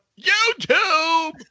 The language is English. YouTube